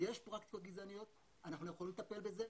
יש פרקטיקות גזעניות ואנחנו יכולים לטפל בזה.